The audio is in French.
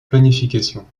planification